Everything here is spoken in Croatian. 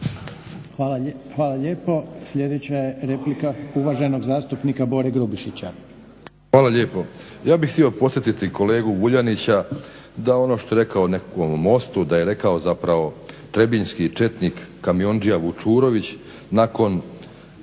Hvala lijepo. Sljedeća je replika uvaženog zastupnika Bore Grubišića. **Grubišić, Boro (HDSSB)** Hvala lijepo. Ja bih htio podsjetiti kolegu Vuljanića da ono što je rekao o nekakvome mostu da je rekao zapravo "Trbinjski četnik kamiondžija Vučurović nakon